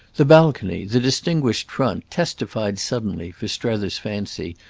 the balcony, the distinguished front, testified suddenly, for strether's fancy,